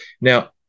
now